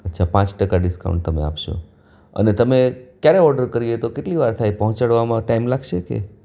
અચ્છા પાંચ ટકા ડિસ્કાઉન્ટ તમે આપશો અને તમે ક્યારે ઓડર કરીએ તો કેટલી વાર થાય પહોંચાડવામાં ટાઈમ લાગશે કે